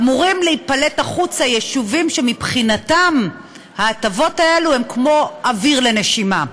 אמורים להיפלט החוצה יישובים שמבחינתם ההטבות האלה הם כמו אוויר לנשימה.